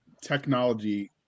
technology